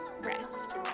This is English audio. rest